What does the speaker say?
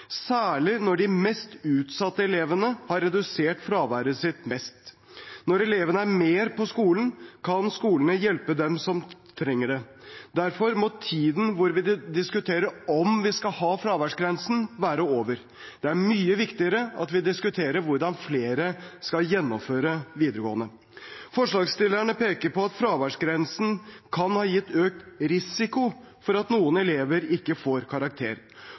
særlig når de mest utsatte elevene har redusert fraværet sitt mest. Når elevene er mer på skolen, kan skolene hjelpe dem som trenger det. Derfor må tiden hvor vi diskuterer om vi skal ha fraværsgrensen, være over. Det er mye viktigere at vi diskuterer hvordan flere skal gjennomføre videregående. Forslagsstillerne peker på at fraværsgrensen kan ha gitt økt risiko for at noen elever ikke får karakter.